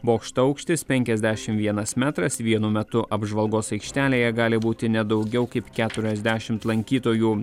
bokšto aukštis penkiasdešim vienas metras vienu metu apžvalgos aikštelėje gali būti ne daugiau kaip keturiasdešimt lankytojų